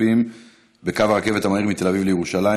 נוספים בקו הרכבת המהיר מתל אביב לירושלים,